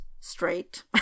straight